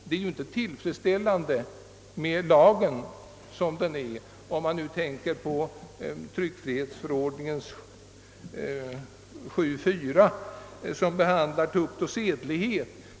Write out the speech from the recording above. Det är dock inte tillfredsställande att bibehålla lagen i dess nuvarande utformning. Jag syftar härvid på tryckfrihetsförordningen 7 kap. 4 §, som bl.a. behandlar tukt och sedlighet.